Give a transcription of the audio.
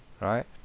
right